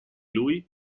lui